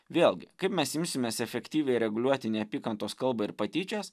vėlgi kaip mes imsimės efektyviai reguliuoti neapykantos kalbą ir patyčias